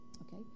okay